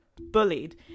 Bullied